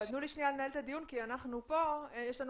אבל תנו לי לנהל את הדיון כי אנחנו פה ויש לנו